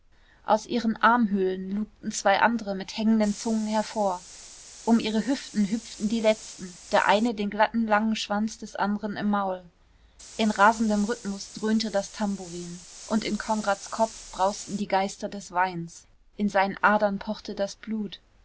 aus ihren armhöhlen lugten zwei andere mit hängenden zungen hervor um ihre hüften hüpften die letzten der eine den glatten langen schwanz des anderen im maul in rasendem rhythmus dröhnte das tamburin und in konrads kopf brausten die geister des weins in seinen adern pochte das blut